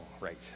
right